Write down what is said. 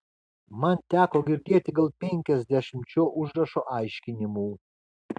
man teko girdėti gal penkiasdešimt šio užrašo aiškinimų